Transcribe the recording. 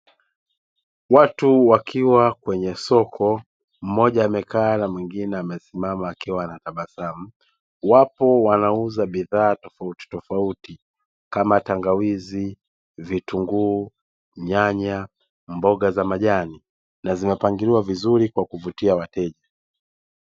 Watu wakiwa kwenye soko mmoja amekaa na mwingine akiwa amesimama anatabasamu wapo wanauza bidhaa tofauti tofauti kama tangawizi, viyunguu, nyanya mboga za majani na zimepangiliwa vizuri kwa kuvutia wateja.